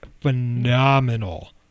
phenomenal